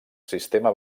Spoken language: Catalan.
sistema